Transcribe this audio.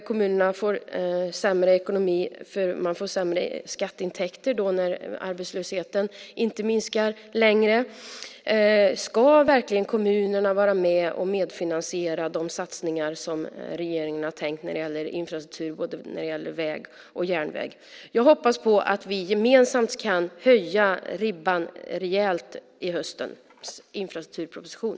Kommunerna får sämre ekonomi eftersom man får sämre skatteintäkter när arbetslösheten inte minskar längre. Jag vill fråga Åsa Torstensson: Ska kommunerna verkligen vara med och medfinansiera de satsningar som regeringen har planerat när det gäller infrastruktur både när det gäller väg och järnväg? Jag hoppas att vi gemensamt kan höja ribban rejält i höstens infrastrukturproposition.